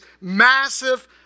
massive